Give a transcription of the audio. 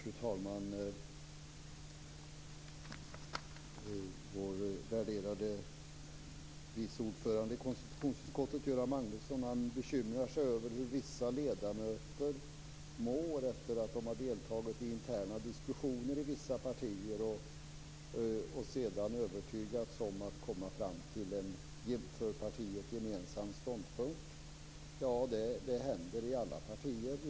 Fru talman! Vår värderade vice ordförande i konstitutionsutskottet, Göran Magnusson, bekymrar sig över hur vissa ledamöter mår efter det att de har deltagit i interna diskussioner i vissa partier och sedan övertygats om att komma fram till en för partiet gemensam ståndpunkt. Detta händer i alla partier.